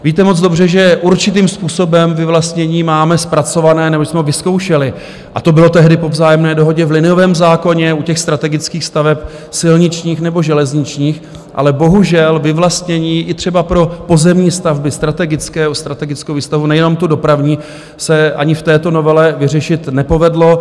Víte moc dobře, že určitým způsobem vyvlastnění máme zpracováno nebo že jsme ho vyzkoušeli, a to bylo tehdy po vzájemné dohodě, v liniovém zákoně, u strategických staveb silničních nebo železničních, ale bohužel vyvlastnění i třeba pro pozemní stavby, strategickou výstavbu nejenom dopravní, se ani v této novele vyřešit nepovedlo.